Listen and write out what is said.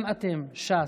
גם אתם, ש"ס,